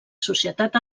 societat